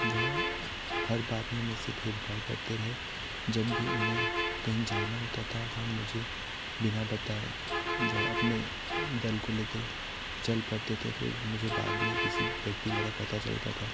वह हर बात में मेरे से भेदभाव करते रहे जब भी उन्हे कहीं जाना होता था वह मुझे बिना बताए वह अपने दल को ले कर चल पड़ते थे फिर मुझे बाद में किसी व्यक्ति द्वारा पता चलता था